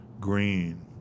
green